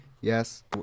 Yes